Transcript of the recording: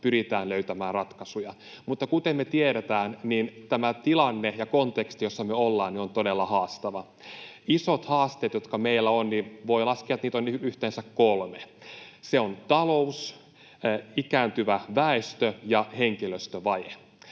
pyritään löytämään ratkaisuja. Mutta kuten me tiedetään, tämä tilanne ja konteksti, jossa me ollaan, on todella haastava. Voi laskea, että isoja haasteita, joita meillä on, on yhteensä kolme: ne ovat talous, ikääntyvä väestö ja henkilöstövaje.